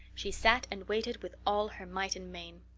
she sat and waited with all her might and main.